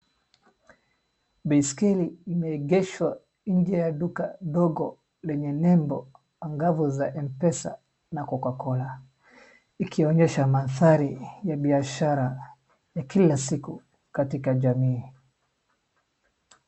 Baiskeli imeengeshwa nje ya duka ndogo lenye label za M-PESA na coca-cola likionyesha mandhari biashara ya kila siku katika jamii.